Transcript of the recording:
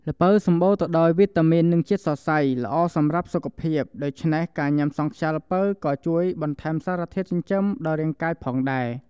ល្ពៅសម្បូរទៅដោយវីតាមីន និងជាតិសរសៃល្អសម្រាប់សុខភាពដូច្នេះ ការញ៉ាំសង់ខ្យាល្ពៅក៏ជួយបន្ថែមសារធាតុចិញ្ចឹមដល់រាងកាយផងដែរ។